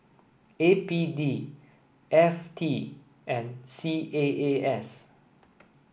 A P D F T and C A A S